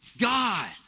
God